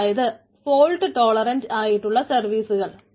അതായത് fault tolerant ആയിട്ടുള്ള സർവീസുകൾ